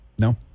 No